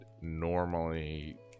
normally